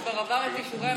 זה כבר עבר את אישורי הבנייה.